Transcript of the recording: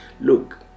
Look